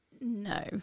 No